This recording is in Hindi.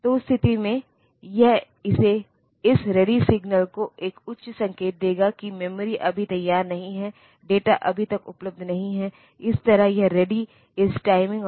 या कई बार किट में उन्हें एक हेक्साडेसिमल कीबोर्ड मिला होता है जिस पर नंबर 0 से लेकर एफ वे दिए जाते हैं